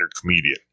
comedian